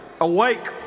awake